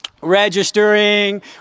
registering